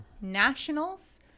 nationals